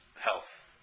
health